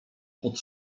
pot